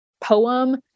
poem